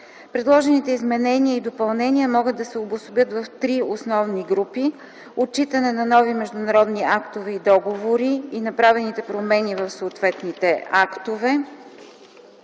Предложените изменения и допълнения могат да се обособят в три основни групи: 1. отчитане на нови международни актове и договори и направени промени в съответните актове;